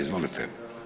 Izvolite.